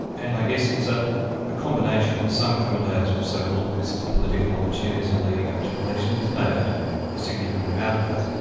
and i guess it's ah a combination. some commentators will say, well look, this is political opportunism leading up to an election' there's no doubt a significant amount of that.